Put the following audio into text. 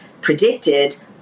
predicted